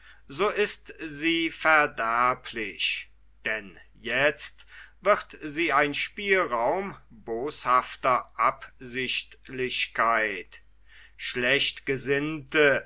so ist sie verderblich denn jetzt wird sie ein spielraum boshafter absichtlichkeit